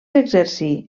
exercí